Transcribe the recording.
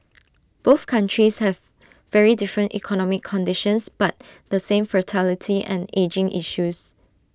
both countries have very different economic conditions but the same fertility and ageing issues